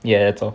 ya so